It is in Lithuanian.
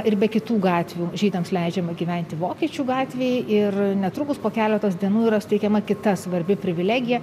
ir be kitų gatvių žydams leidžiama gyventi vokiečių gatvėj ir netrukus po keletos dienų yra suteikiama kita svarbi privilegija